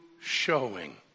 showing